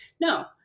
no